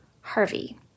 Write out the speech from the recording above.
Harvey